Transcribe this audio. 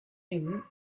him